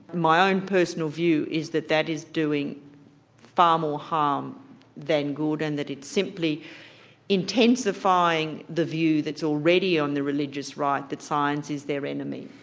my own personal view is that that is doing far more harm than good and that it's simply intensifying the view that's already on the religious right that science is their enemy.